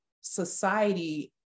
society